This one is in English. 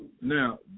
Now